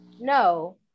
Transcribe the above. no